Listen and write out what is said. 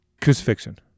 Crucifixion